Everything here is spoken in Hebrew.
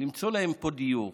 למצוא להם פה דיור.